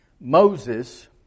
Moses